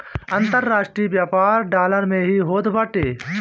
अन्तरराष्ट्रीय व्यापार डॉलर में ही होत बाटे